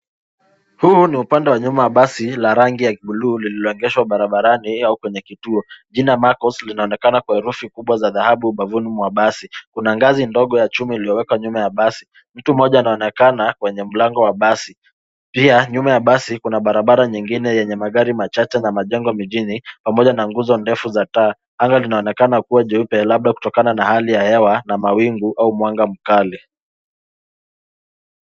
Huu ni upande wa nyuma wa basi la rangi bluu lilio egeshwa barabarani au kwenye kituo, jina MARCOS lina onekana kwa herufi kubwa za dhahabu ubavuni mwa basi. Kuna ngazi ndogo ya chuma iliyo wekwa nyuma ya basi. Mtu mmoja ana onekana kwenye mlango wa basi pia nyuma ya basi kuna barabara nyingine yenye magari machache na majengo mijini pamoja na nguzo ndefu za taa. Anga lina onekana kuwa jeupe labda kutokana na hali ya hewa na mawingu au mwanga mkali.